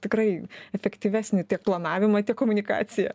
tikrai efektyvesnį tiek planavimą tiek komunikaciją